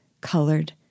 colored